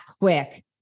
quick